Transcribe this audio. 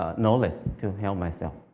ah knowledge to heal myself.